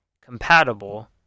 compatible